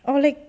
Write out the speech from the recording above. or like